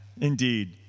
Indeed